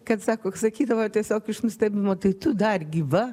kad sako sakydavo tiesiog iš nustebimo tai tu dar gyva